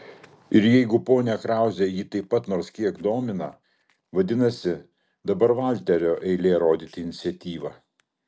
ir jeigu ponia krauzė jį taip pat nors kiek domina vadinasi dabar valterio eilė rodyti iniciatyvą